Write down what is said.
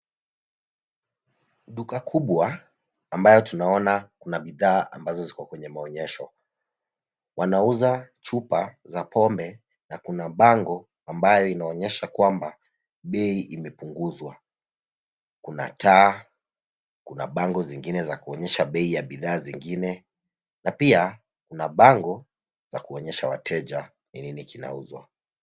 Duka kubwa, ambayo tunaona kuna bidhaa ambazo ziko kwenye maonyesho. Wanauza chupa za pombe, na kuna bango ambayo inaonyesha kwamba, bei imepunguzwa. Kuna taa, kuna bango zingine za kuonyesha bei ya bidhaa zingine, na pia, kuna bango za kuonyesha wateja, ni nini kinauzwa.